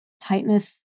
tightness